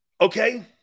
okay